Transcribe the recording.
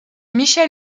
michel